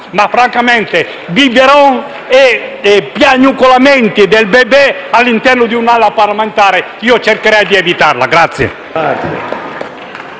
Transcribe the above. ma, francamente, *biberon* e piagnucolamenti del *bebè* all'interno di un'Aula parlamentare io cercherei di evitarli.